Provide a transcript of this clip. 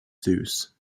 deuce